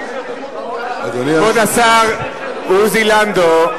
אדוני היושב-ראש, כבוד השר עוזי לנדאו.